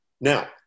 Now